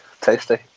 tasty